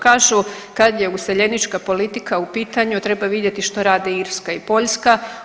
Kažu kad je useljenička politika u pitanju treba vidjeti što rade Irska i Poljska.